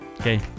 Okay